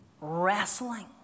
wrestling